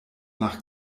nach